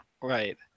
Right